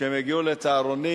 כשהם יגיעו ל"סהרונים",